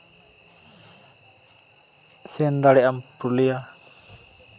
ᱥᱮᱱ ᱫᱟᱲᱮᱭᱟᱜᱼᱟᱢ ᱯᱩᱨᱩᱞᱤᱭᱟᱹ